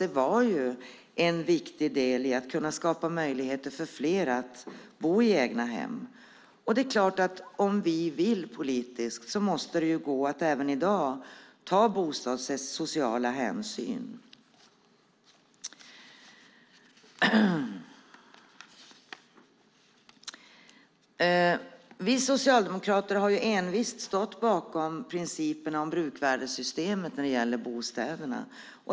Det var en viktig del i att kunna skapa möjligheter för fler att bo i egna hem. Om vi har den politiska viljan måste det gå att även i dag ta sociala hänsyn vad gäller bostaden. Vi socialdemokrater har envist stått bakom principen om bruksvärdessystemet när det gäller bostäderna.